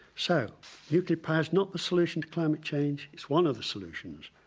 so nuclear power is not the solution to climate change, it's one of the solutions,